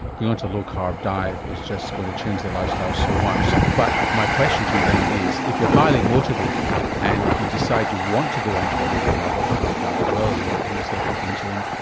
onto a low carb diet is just going to change their lifestyle so much. but my question to you then is if you are highly motivated and you decide you want to go onto a low carbohydrate diet as well as injecting yourself with insulin,